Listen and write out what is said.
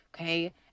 Okay